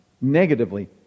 Negatively